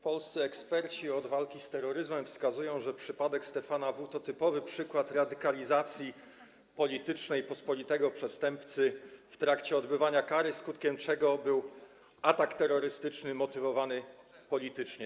Polscy eksperci do spraw walki z terroryzmem wskazują, że przypadek Stefana W. jest typowym przykładem radykalizacji politycznej pospolitego przestępcy w trakcie odbywania kary, skutkiem czego był atak terrorystyczny motywowany politycznie.